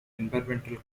environmental